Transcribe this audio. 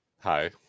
Hi